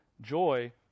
joy